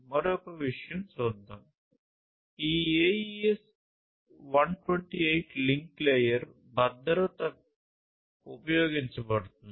మరో విషయం చూద్దాం ఈ AES 128 లింక్ లేయర్ భద్రత ఉపయోగించబడుతుంది